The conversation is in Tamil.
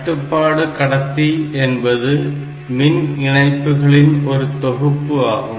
கட்டுப்பாடு கடத்தி என்பது மின் இணைப்புகளின் ஒரு தொகுப்பு ஆகும்